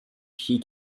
she